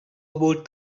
about